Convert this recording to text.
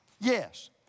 Yes